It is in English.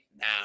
now